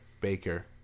Baker